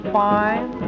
fine